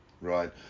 Right